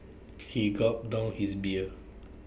he gulped down his beer